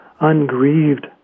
ungrieved